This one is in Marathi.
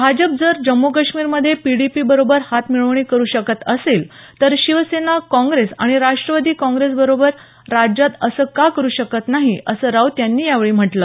भाजप जर जम्मु काश्मीरमध्ये पीडीपीबरोबर हातमिळवणी करू शकत असेल तर शिवसेना काँग्रेस आणि राष्ट्रवादी काँग्रेसबरोबर राज्यात असं का करू शकत नाही असं राऊत यांनी यावेळी म्हटल